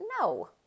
No